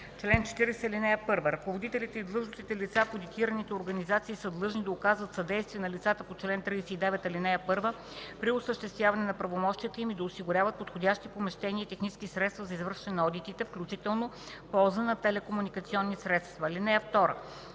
Чл. 40. (1) Ръководителите и длъжностните лица в одитираните организации са длъжни да оказват съдействие на лицата по чл. 39, ал. 1 при осъществяване на правомощията им и да осигуряват подходящи помещения и технически средства за извършване на одитите, включително ползване на телекомуникационни средства. (2)